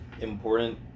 important